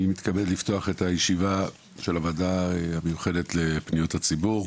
אני רוצה לפתוח את הישיבה של הוועדה המיוחדת לפניות הציבור.